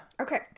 okay